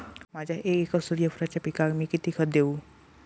माझ्या एक एकर सूर्यफुलाच्या पिकाक मी किती खत देवू?